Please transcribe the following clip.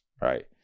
right